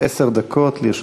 עשר דקות לרשותך.